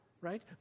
right